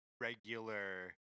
regular